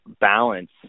balance